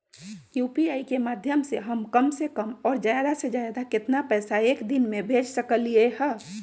UPI के माध्यम से हम कम से कम और ज्यादा से ज्यादा केतना पैसा एक दिन में भेज सकलियै ह?